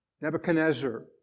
Nebuchadnezzar